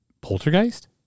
Poltergeist